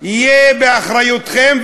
תהיה באחריותכם,